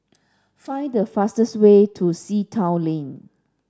find the fastest way to Sea Town Lane